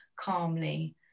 calmly